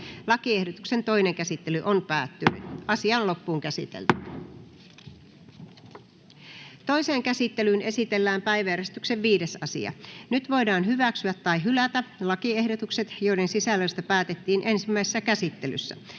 lakiehdotus hylätään. Hylkäysehdotuksista on äänestettävä. Toiseen käsittelyyn esitellään päiväjärjestyksen 5. asia. Nyt voidaan hyväksyä tai hylätä lakiehdotukset, joiden sisällöstä päätettiin ensimmäisessä käsittelyssä.